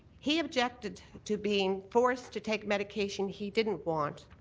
he objected to being forced to take medication he didn't want,